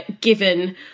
given